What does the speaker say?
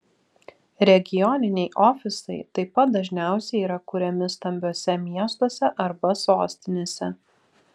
regioniniai ofisai taip pat dažniausiai yra kuriami stambiuose miestuose arba sostinėse